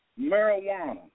marijuana